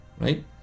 right